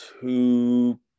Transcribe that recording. two